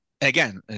again